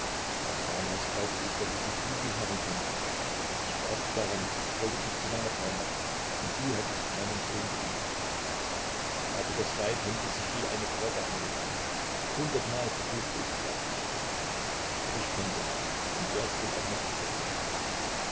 aber damals glaubte ich daß ich dich glücklich machen könnte ich glaubte daran ich wollte dich zu meiner frau machen und du hättest meinen sohn geliebt aber das weib hängte sich wie eine klette an mich an hundertmal versuchte ich sie abzuschütteln aber ich konnte nicht und werds wohl auch nicht können